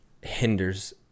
hinders